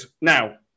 Now